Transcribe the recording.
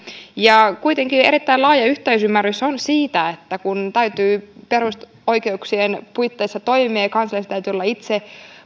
kuitenkin erittäin laaja yhteisymmärrys on siitä että kun täytyy perusoikeuksien puitteissa toimia ja kansalaisilla täytyy olla itsellä